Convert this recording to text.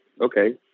okay